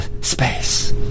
space